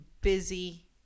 busy